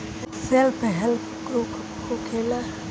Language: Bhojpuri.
सेल्फ हेल्प ग्रुप का होखेला?